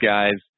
Guys